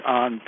on